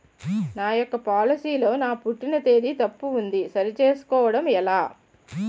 నా యెక్క పోలసీ లో నా పుట్టిన తేదీ తప్పు ఉంది సరి చేసుకోవడం ఎలా?